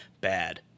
Bad